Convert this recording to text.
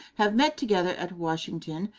have met together at washington,